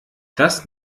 das